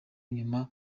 nyuma